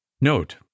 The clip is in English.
Note